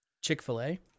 Chick-fil-A